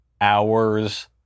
hours